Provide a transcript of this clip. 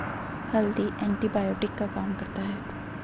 हल्दी एंटीबायोटिक का काम करता है